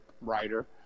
writer